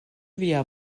via